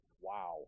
wow